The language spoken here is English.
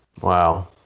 Wow